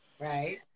Right